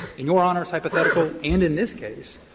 in your honor's hypothetical and in this case,